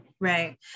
Right